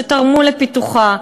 שתרמו לפיתוחה?